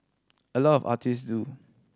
a lot of artist do